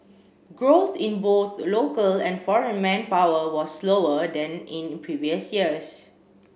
growth in both local and foreign manpower was slower than in previous years